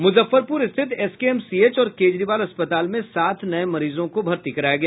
मुजफ्फरपुर स्थित एसकेएमसीएच और केजरीवाल अस्पताल में सात नये मरीजों को भर्ती कराया गया